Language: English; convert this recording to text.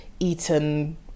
eaten